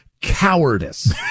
cowardice